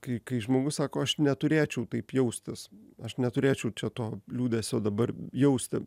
kai kai žmogus sako aš neturėčiau taip jaustis aš neturėčiau čia to liūdesio dabar jausti